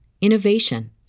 innovation